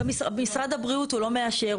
משרד הבריאות הוא לא מאשר,